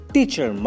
Teacher